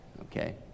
Okay